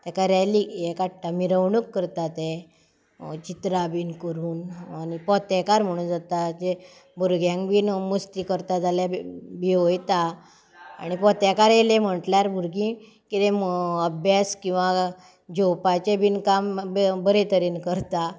तेका रॅली हे काडटा मिरवणूक करता ते चित्रां बीन करून आनी पोतेकार म्हुणू जाता जे भुरग्यांक बीन मस्ती करता जाल्या बी भिवोयता आनी पोतेकार येयले म्हटल्यार भुरगीं किदें अभ्यास किंवा जेवपाचें बीन काम बरे तरेन करता